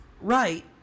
right